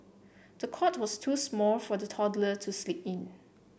the cot was too small for the toddler to sleep in